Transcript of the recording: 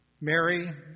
Mary